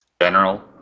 general